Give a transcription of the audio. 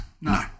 no